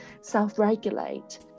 self-regulate